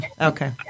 Okay